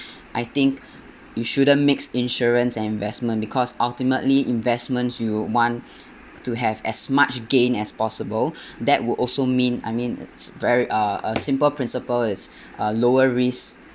I think you shouldn't mix insurance and investment because ultimately investments you want to have as much gain as possible that would also mean I mean it's very uh a simple principle is uh lower risk